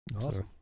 awesome